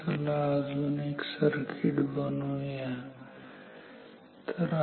तर चला अजून एक सर्किट बनवूया ठीक आहे